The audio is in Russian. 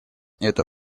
это